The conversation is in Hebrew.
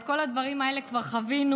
הרי את כל הדברים האלה כבר חווינו,